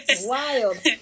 wild